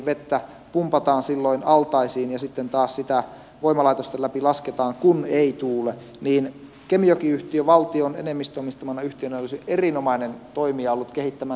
vettä pumpataan silloin altaisiin ja sitten taas lasketaan sitä voimalaitosten läpi kun ei tuule niin kemijoki yhtiö valtion enemmistöomistamana yhtiönä olisi ollut erinomainen toimija ollut kehittämään tätä